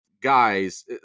guys